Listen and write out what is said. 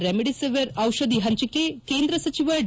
ಡೆಮಿಡಿಸಿವಿರ್ ದಿಷಧಿ ಹಂಚಿಕೆ ಕೇಂದ್ರ ಸಚಿವ ಡಿ